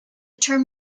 term